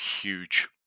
huge